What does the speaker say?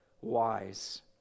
wise